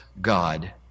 God